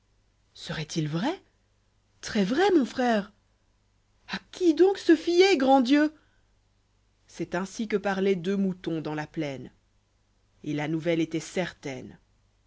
seroit il vrai très vrai mon frère a qui donc se fier grands diciix ccst ainsi que parloient deux moutons dans la plaine f et la nouvelle étoit certaine